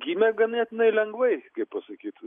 gimė ganėtinai lengvai kaip pasakyt